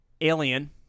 alien